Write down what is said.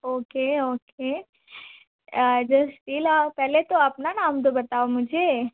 okay okay just chill आप पहले तो अपना नाम तो बताओ मुझे